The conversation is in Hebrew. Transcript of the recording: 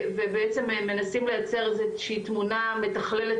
ובעצם מנסים לייצר איזה שהיא תמונה מתכללת